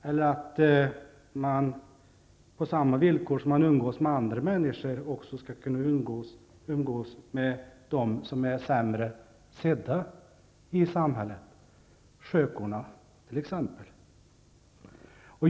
Eller är det att man på samma villkor som man umgås med andra människor också skall kunna umgås med dem som är sämre sedda i samhället, skökorna t.ex.?